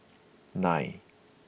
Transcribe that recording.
nine